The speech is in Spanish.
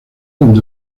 donde